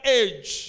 age